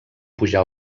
pujar